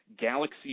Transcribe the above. galaxy